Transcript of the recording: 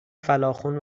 فَلاخُن